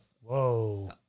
Whoa